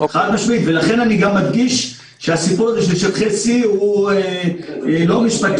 ולכן אני גם מדגיש שהסיפור הזה של שטחי C הוא לא משפטי,